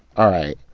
all right,